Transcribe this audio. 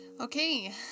Okay